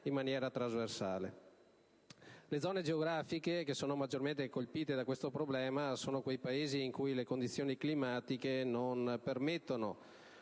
in maniera trasversale. Le zone geografiche maggiormente colpite da questo problema sono quelle in cui le condizioni climatiche non permettono